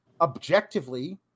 objectively